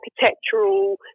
architectural